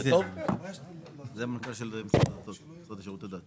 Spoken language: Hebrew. שזה שירותי דת